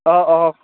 অঁ অঁ